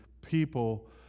people